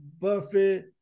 Buffett